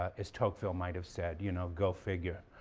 ah as tocqueville might have said, you know go figure.